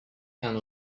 and